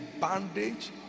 bandage